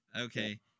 Okay